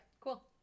cool